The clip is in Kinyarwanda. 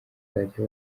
kuzajya